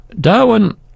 Darwin